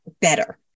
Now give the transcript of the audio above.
better